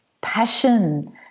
passion